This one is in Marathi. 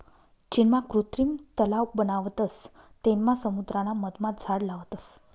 चीनमा कृत्रिम तलाव बनावतस तेनमा समुद्राना मधमा झाड लावतस